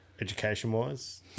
Education-wise